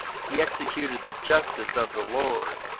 he executed the justice of the lord,